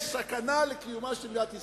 יש סכנה לקיומה של מדינת ישראל.